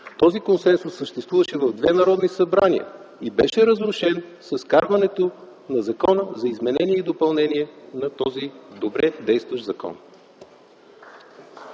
Този консенсус съществуваше в две народни събрания и беше разрушен с вкарването на закона за изменение и допълнение на този добре действащ закон.